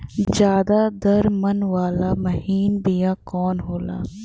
ज्यादा दर मन वाला महीन बिया कवन होला?